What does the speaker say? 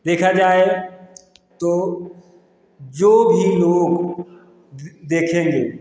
देखा जाए तो जो भी लोग देखेंगे